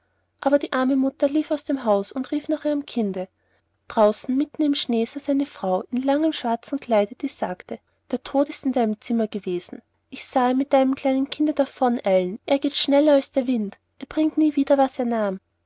aber die arme mutter lief aus dem hause und rief nach ihrem kinde draußen mitten im schnee saß eine frau in langen schwarzen kleidern die sagte der tod ist in deinem zimmer gewesen ich sah ihn mit deinem kleinen kinde davon eilen er geht schneller als der wind er bringt nie wieder was er nahm